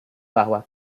bahwa